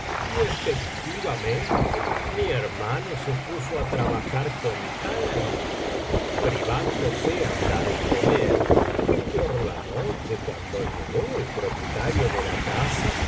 efectivamente mi hermano se puso á trabajar con tal ahinco privándose hasta de comer que por la noche cuando llegó el propietario de la casa